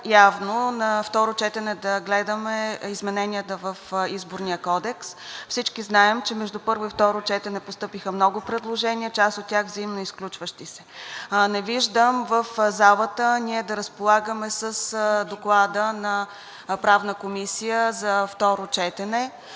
явно на второ четене да гледаме измененията в Изборния кодекс. Всички знаем, че между първо и второ четене постъпиха много предложения, част от тях – взаимоизключващи се. Не виждам в залата ние да разполагаме с Доклада на Правната комисия за второ четене.